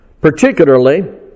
Particularly